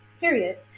period